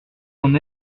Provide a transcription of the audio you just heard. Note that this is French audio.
son